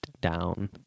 down